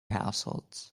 households